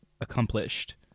accomplished